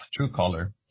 TrueColor